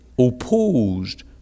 opposed